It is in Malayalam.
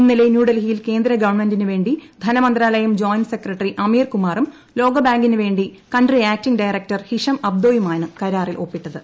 ഇന്നലെ ന്യൂഡൽഹിയിൽ കേന്ദ്രഗവൺമെന്റിന് വേണ്ടി ധനമന്ത്രാലയം ജോയിന്റ് സെക്രട്ടറി അമീർകുമാറും ലോകബാങ്കിന് വേണ്ടി കൺട്രി ആക്ടിംഗ് ഡയറക്ടർ ഹിഷം അബ്ദോയുമാണ് കരാറിൽ ഒപ്പിട്ടത്